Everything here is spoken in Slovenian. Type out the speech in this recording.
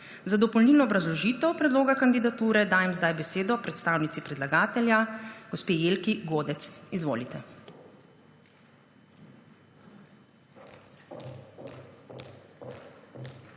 Za dopolnilno obrazložitev predloga kandidature dajem zdaj besedo predstavnici predlagatelja gospe Jelki Godec. Izvolite.